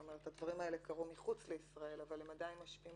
זאת אומרת הדברים האלה קרו מחוץ לישראל אבל הם עדיין משפיעים